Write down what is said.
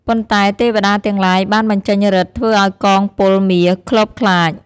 ប៉ុន្តែទេវតាទាំងឡាយបានបញ្ចេញឫទ្ធិធ្វើឲ្យកងពលមារខ្លបខ្លាច។